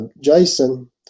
jason